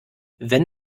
wenn